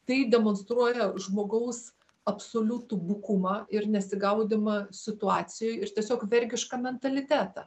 tai demonstruoja žmogaus absoliutų bukumą ir nesigaudymą situacijoj ir tiesiog vergišką mentalitetą